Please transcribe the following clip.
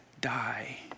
die